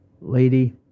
lady